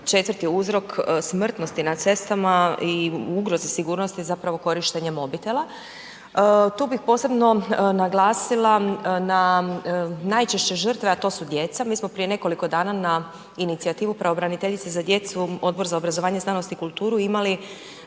je 4. uzrok smrtnosti na cestama i ugrozi sigurnosti korištenje mobitela. Tu bih posebno naglasila na najčešće žrtve, a to su djeca. Mi smo prije nekoliko dana na inicijativu pravobraniteljice za djecu Odbor za obrazovanje, znanost i kulturu imali